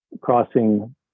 crossing